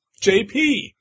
JP